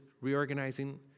reorganizing